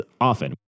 often